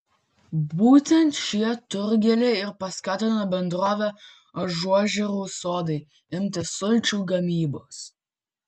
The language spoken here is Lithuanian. būtent šie turgeliai ir paskatino bendrovę ažuožerių sodai imtis sulčių gamybos